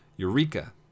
Eureka